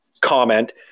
comment